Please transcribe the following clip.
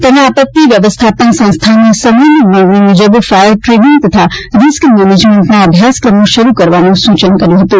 તેમણે આપત્તિ વ્યવસ્થાપન સંસ્થાને સમયની માગણી મુજબ ફાયર ટ્રેનિંગ તથા રીસ્ક મેનેજમેન્ટના અભ્યાસક્રમો શરૂ કરવાનું સૂચન કર્યું હતું